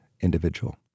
individual